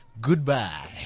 Goodbye